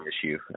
issue